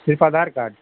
صرف آدھار کارڈ